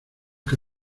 que